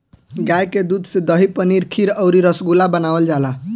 गाय के दूध से दही, पनीर खीर अउरी रसगुल्ला बनावल जाला